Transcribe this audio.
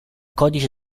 codice